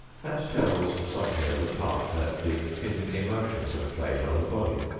and tells something of the part that the hidden emotions have played on the body.